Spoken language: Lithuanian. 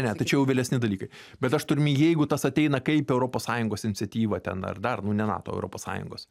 ne tai čia jau vėlesni dalykai bet aš turiu omeny jeigu tas ateina kaip europos sąjungos iniciatyva ten ar dar nu ne nato europos sąjungos